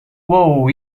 wow